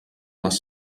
les